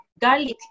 garlic